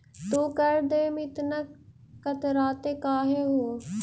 तू कर देवे में इतना कतराते काहे हु